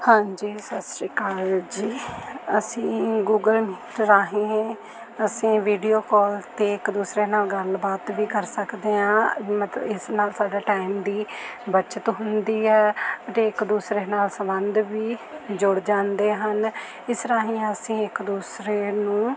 ਹਾਂਜੀ ਸਤਿ ਸ਼੍ਰੀ ਅਕਾਲ ਜੀ ਅਸੀਂ ਗੂਗਲ ਰਾਹੀਂ ਅਸੀਂ ਵੀਡੀਓ ਕੌਲ 'ਤੇ ਇੱਕ ਦੂਸਰੇ ਨਾਲ ਗੱਲ ਬਾਤ ਵੀ ਕਰ ਸਕਦੇ ਹਾਂ ਮਤਲਬ ਇਸ ਨਾਲ ਸਾਡਾ ਟਾਇਮ ਦੀ ਬੱਚਤ ਹੁੰਦੀ ਹੈ ਅਤੇ ਇੱਕ ਦੂਸਰੇ ਨਾਲ ਸੰਬੰਧ ਵੀ ਜੁੜ ਜਾਂਦੇ ਹਨ ਇਸ ਰਾਹੀਂ ਅਸੀਂ ਇੱਕ ਦੂਸਰੇ ਨੂੰ